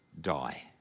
die